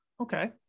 okay